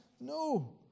No